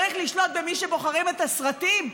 צריך לשלוט במי שבוחרים את הסרטים?